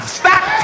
stop